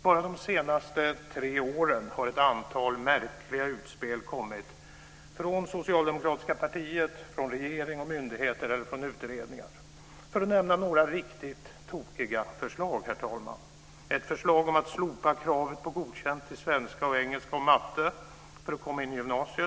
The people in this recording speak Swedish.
Bara de senaste tre åren har ett antal märkliga utspel kommit från det socialdemokratiska partiet, från regering och myndigheter eller från utredningar. Jag kan nämna några riktigt tokiga förslag, herr talman. Det är förslag att slopa kravet på godkänt i engelska, svenska och matte för att komma in i gymnasiet.